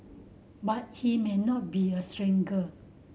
but he may not be a stranger